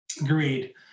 Agreed